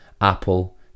Apple